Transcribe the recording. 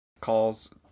calls